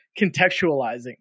contextualizing